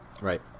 Right